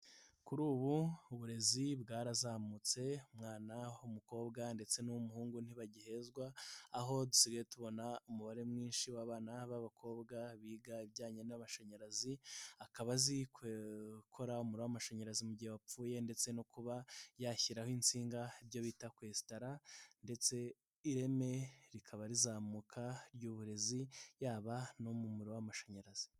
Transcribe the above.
Kuri ubu uburezi bwarazamutse Umwana w'umu umukobwa ndetse n'umuhungu ntibagihezwa aho dusigaye tubona umubare mwinshi w'abana b'abakobwa biga ibijyanye n'amashanyarazi akaba azi gukora amashanyarazi mu gihe yapfuye ndetse no kuba yashyiraho insinga ibyo bita kwestara, ndetse ireme rikaba rizamuka ry'uburezi yaba no mu muriro w'amashanyarazi.